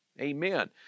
Amen